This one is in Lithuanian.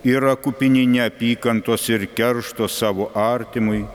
yra kupini neapykantos ir keršto savo artimui